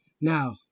Now